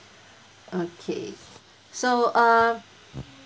okay so uh